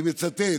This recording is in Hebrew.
אני מצטט: